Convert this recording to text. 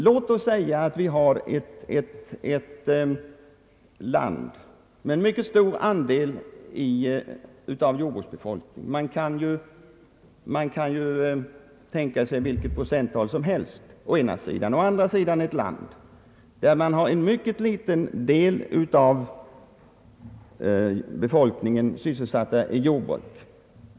Låt oss anta å ena sidan en situation med en mycket stor andel av befolkningen sysselsatt i jordbruk — man kan tänka sig vilket procenttal som helst — och å andra sidan en situation, där en mycket liten del av befolkningen är sysselsatt i jordbruk.